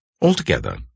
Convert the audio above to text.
Altogether